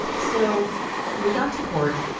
so we got to court,